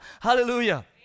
hallelujah